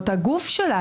הגוף שלה,